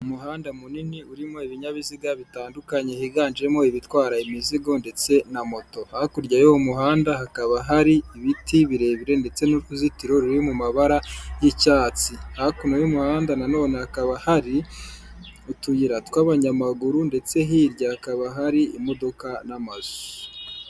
Umuhanda munini urimo ibinyabiziga bitandukanye higanjemo ibitwara imizigo ndetse na moto hakurya y'uwo muhanda hakaba hari ibiti birebire ndetse n'uruzitiro ruri mu mabara y'icyatsi hakuno y'umuhanda nanone hakaba hari utuyira tw'abanyamaguru ndetse hirya hakaba hari imodoka n'amazu.